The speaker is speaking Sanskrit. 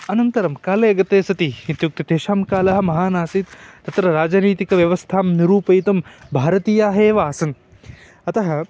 अनन्तरं काले गते सति इत्युक्ते तेषां कालः महान् आसीत् अत्र राजनीतिकव्यवस्थां निरूपयितं भारतीयाः एव आसन् अतः